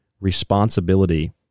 responsibility